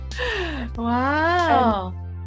Wow